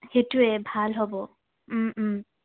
সেইটোৱে ভাল হ'ব